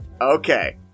Okay